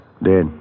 Dead